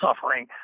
suffering